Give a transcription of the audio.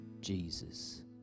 Jesus